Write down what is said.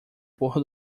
por